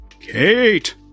Kate